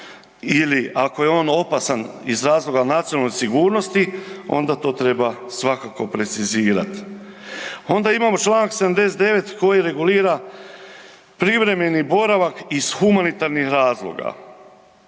Ili ako je on opasan iz razloga nacionalne sigurnosti onda to treba svakako precizirati. Onda imamo Članak 79. koji regulira privremeni boravak iz humanitarnih razloga